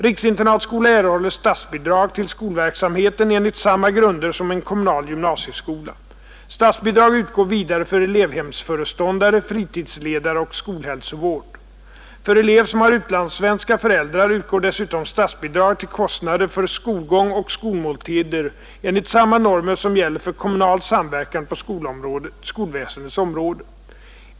Riksinternatskola erhåller statsbidrag till skolverksamheten enligt samma grunder som en kommunal gymnasieskola. Statsbidrag utgår vidare för elevhemsföreståndare, fritidsledare och skolhälsovård. För elev som har utlandssvenska föräldrar utgår dessutom statsbidrag till kostnader för skolgång och skolmåltider enligt samma normer som gäller för kommunal samverkan på skolväsendets område.